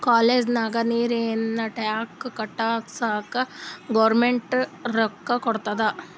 college ನಾಗ್ ನೀರಿಂದ್ tank ಕಟ್ಟುಸ್ಲಕ್ ಗೌರ್ಮೆಂಟ್ ರೊಕ್ಕಾ ಕೊಟ್ಟಾದ್